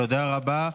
תודה רבה.